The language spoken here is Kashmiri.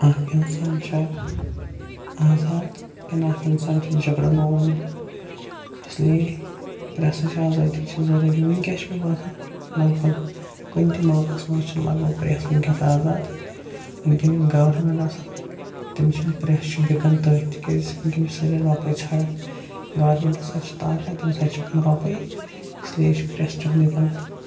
اَکھ اِنسان چھا آزاد کِنہٕ اَکھ اِنسان چھُ جھگڑنہٕ آمُت اسلیے پرٛیسٕچ آزٲدی چھِ ضٔروٗری وٕنکٮ۪س چھِ مےٚ باسَن لگ بگ کُنہِ تہِ معاملَس منٛز چھُ لگ بگ پرٛیس وٕنکٮ۪س آزاد وٕنکٮ۪ن یُس گورمینٛٹ آسان تِم چھِ پرٛیس چھُ بِکَن تٔتھۍ تِکیٛازِ وٕنکٮ۪ن چھِ سٲری رۄپَے ژھانڈان گارمینٛٹَس اَتھِ چھِ طاقت تٔمِس اَتھِ چھِ رۄپَے اِسلیے چھِ پرٛیس تِہُنٛدُے بَنان